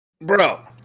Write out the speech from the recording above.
Bro